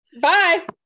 Bye